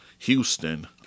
Houston